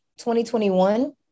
2021